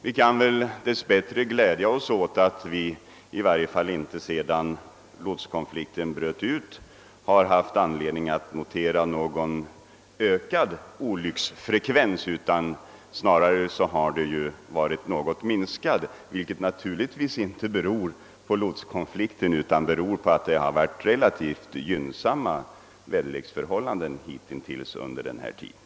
Vi har dess bättre kunnat glädja oss åt att vi sedan lotskonflikten bröt ut inte noterat någon ökad olycksfrekvens. Snarare har olycksfrekvensen minskat något, men det beror naturligtvis inte på lotskonflikten, utan på att det har varit relativt gynnsamma väderleksförhållanden hittills under denna period.